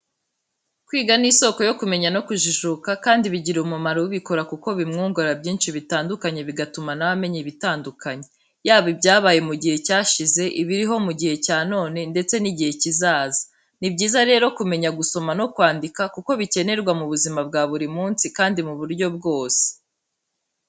Kwiga ni isoko yo kumenya no kujijuka kandi bigirira umumaro ubikora kuko bimwungura byinshi bitandukanye bigatuma na we amenya ibitandukanye, yaba ibyabaye mu gihe cyashize, ibiriho mu gihe cya none ndetse n'igihe kizaza. Ni byiza rero kumenya gusoma no kwandika kuko bikenerwa mu buzima bwa buri munsi kandi mu buryo bwose.